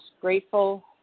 grateful